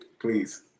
please